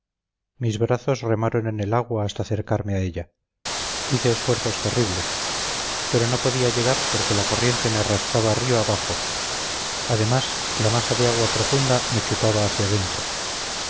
mis brazos remaron en el agua para acercarme a ella hice esfuerzos terribles pero no podía llegar porque la corriente me arrastraba río abajo además la masa de agua profunda me chupaba hacia adentro